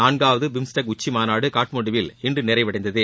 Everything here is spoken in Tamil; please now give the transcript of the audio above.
நான்காவது பிம்ஸ்டெக் உச்சிமாநாடு காட்மாண்டுவில் இன்று நிறைவடைந்தது